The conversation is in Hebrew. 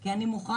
כי הוא מוכן,